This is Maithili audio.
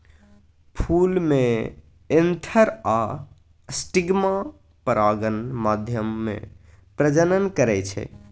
फुल मे एन्थर आ स्टिगमा परागण माध्यमे प्रजनन करय छै